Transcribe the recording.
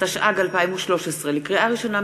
התשע"ג 2013. לקריאה ראשונה,